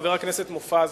חבר הכנסת מופז,